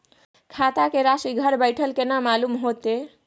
खाता के राशि घर बेठल केना मालूम होते?